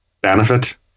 Benefit